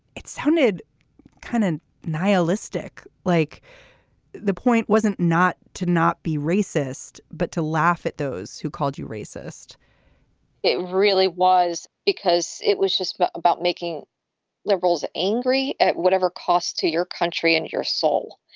it sounded kind of nihilistic, like the point wasn't not to not be racist, but to laugh at those who called you racist it really was because it was just but about making liberals angry at whatever cost to your country and your soul.